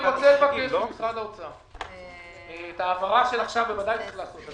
את ההעברה של עכשיו בוודאי צריך לעשות,